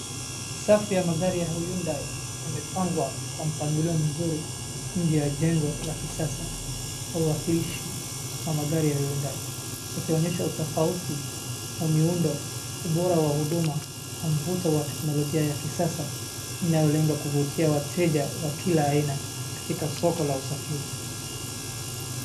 Safu ya magari ya Hyundai, yamepangwa kwa mpangilio mzuri nje ya jengo la kisasa, kwa uwakilishi wa magari ya Hyundai, ikionyesha utofauti wa miundo, ubora wa huduma, na mvuto wa teknolojia ya kisasa, inayolenga kuvutia wateja wa kila aina katika soko la usafiri.